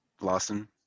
Lawson